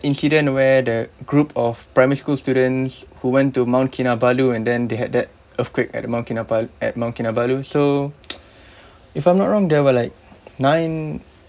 incident where the group of primary school students who went to mount kinabalu and then they had that earthquake at the mount kinaba~ at mount kinabalu so if I'm not wrong there were like nine